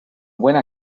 buena